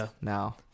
now